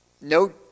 no